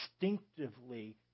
instinctively